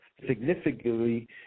Significantly